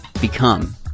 become